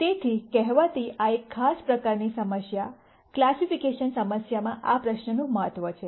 તેથીકહેવાતી એક ખાસ પ્રકારની સમસ્યા ક્લાસીફીકેશન સમસ્યામાં આ પ્રશ્નનું મહત્વ છે